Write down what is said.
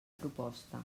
proposta